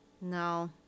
No